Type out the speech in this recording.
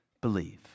believe